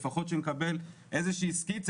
לפחות שנקבל איזושהי סקיצה,